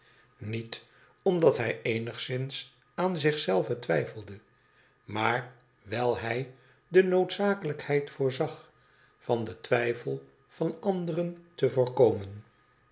niet omdat hij eeaigszins aan zich zelven twijfelde maar wijl hij de noodzakelijkheid voorzag van den twijfel van anderen te voorkomen